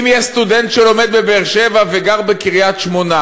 אם יש סטודנט שלומד בבאר-שבע וגר בקריית-שמונה,